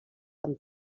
amb